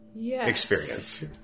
experience